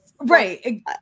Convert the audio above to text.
right